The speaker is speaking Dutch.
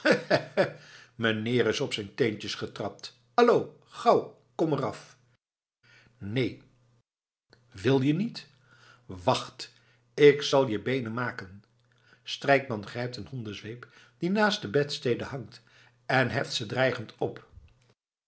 meneer is op zijn teentjes getrapt allo gauw kom er af neen wil je niet wacht ik zal je beenen maken strijkman grijpt een hondenzweep die naast de bedstede hangt en heft ze dreigend op